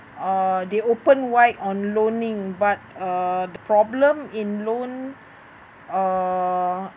uh they open wide on loaning but uh the problem in loan uh